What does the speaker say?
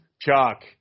Chuck